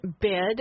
bid